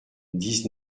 dix